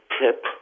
tip